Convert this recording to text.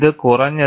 ഇത് കുറഞ്ഞത് 0